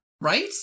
Right